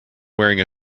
wearing